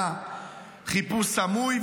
חיפוש סמוי.